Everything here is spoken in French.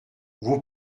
vous